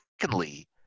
secondly